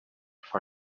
for